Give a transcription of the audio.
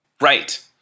Right